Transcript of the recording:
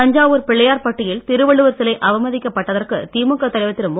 தஞ்சாவூர் பிள்ளையார் பட்டியில் திருவள்ளுவர் சிலை அவமதிக்கப்பட்டதற்கு திமுக தலைவர் திரு மு